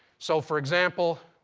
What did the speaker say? so for example,